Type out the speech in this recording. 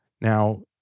Now